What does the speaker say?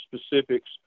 specifics